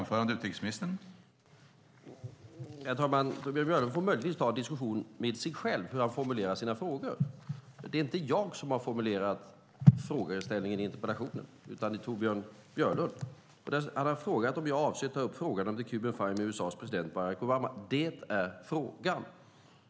Herr talman! Torbjörn Björlund får möjligtvis ta en diskussion med sig själv om hur han formulerar sina frågor. Det är inte jag som har formulerat frågeställningen i interpellationen, utan det är Torbjörn Björlund. Han har frågat om jag avser att ta upp frågan om "the Cuban Five" med USA:s president Barack Obama. Det är frågan!